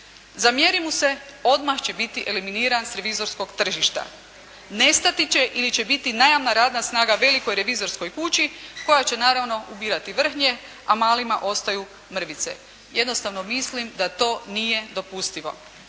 zamjeri mu se, odmah će biti eliminiran s revizorskog tržišta. Nestati će ili će biti najamna radna snaga velikoj revizorskoj kući koja će, naravno ubirati vrhnje, a malima ostaju mrvice. Jednostavno mislim da to nije dopustivo.